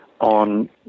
On